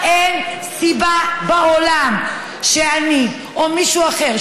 אין סיבה בעולם שאני או מישהו אחר,